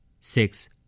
Six